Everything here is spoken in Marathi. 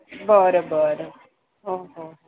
बरं बरं हो हो